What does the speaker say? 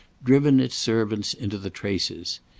driven its servants into the traces.